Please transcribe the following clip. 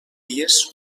vies